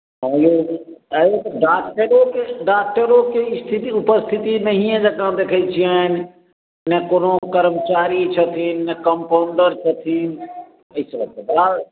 आँय यौ आँय यौ तऽ डाक्टरोके डाक्टरोके स्थिति उपस्थिति नहिये जकाँ देखैत छियनि नहि कोनो कर्मचारी छथिन नहि कम्पाउन्डर छथिन एतय तऽ बड़ा